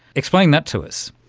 explain that to us.